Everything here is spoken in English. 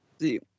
See